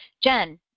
Jen